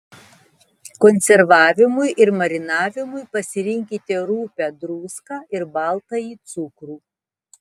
konservavimui ir marinavimui pasirinkite rupią druską ir baltąjį cukrų